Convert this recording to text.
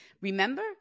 remember